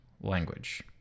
language